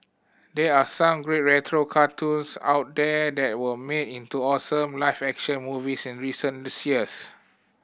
they are some great retro cartoons out there that were made into awesome live action movies in recent years